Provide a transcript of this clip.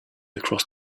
across